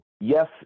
Yes